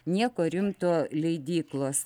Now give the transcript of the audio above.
nieko rimto leidyklos